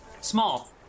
small